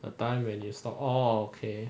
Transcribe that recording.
a time when you stop orh okay